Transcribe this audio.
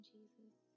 Jesus